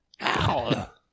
Ow